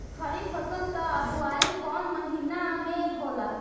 खरीफ फसल क बुवाई कौन महीना में होला?